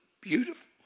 beautiful